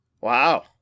Wow